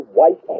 white